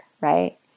right